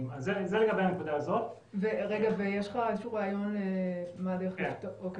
יש לך איזשהו רעיון מה הדרך לפתור?